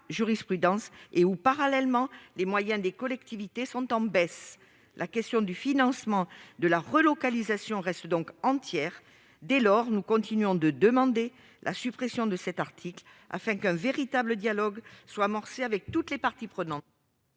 jurisprudence et, parallèlement, les moyens des collectivités sont en baisse. La question du financement de la relocalisation reste donc entière. Dès lors, nous continuons de demander la suppression de cet article, afin qu'un véritable dialogue avec toutes les parties prenantes